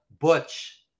Butch